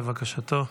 לבקשתו.